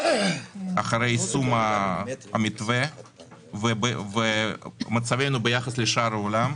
אחרי יישום המתווה ומצבנו ביחס לשאר העולם.